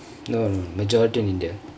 no no majority in india